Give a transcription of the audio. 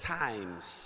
times